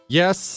yes